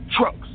trucks